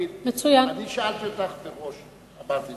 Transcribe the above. אני שאלתי אותך מראש ואת ענית